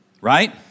right